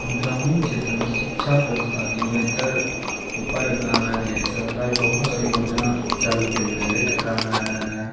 ग्रामीण क्षेत्रमे शिक्षा व्यवस्थाके बेहतर उपाय बनाबैके लेल सरकार बहुत योजना चालू केलकैए जेकरामे